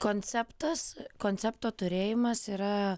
konceptas koncepto turėjimas yra